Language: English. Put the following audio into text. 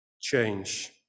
change